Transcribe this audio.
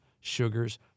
sugars